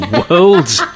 worlds